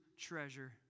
treasure